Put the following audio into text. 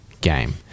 game